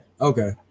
okay